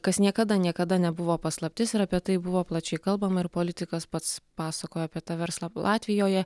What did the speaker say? kas niekada niekada nebuvo paslaptis ir apie tai buvo plačiai kalbama ir politikas pats pasakojo apie tą verslą latvijoje